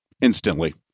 instantly